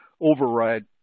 override